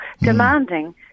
demanding